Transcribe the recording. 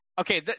okay